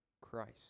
Christ